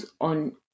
on